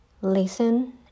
Listen